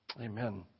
Amen